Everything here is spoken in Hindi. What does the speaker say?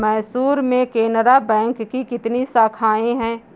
मैसूर में केनरा बैंक की कितनी शाखाएँ है?